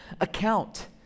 account